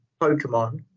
pokemon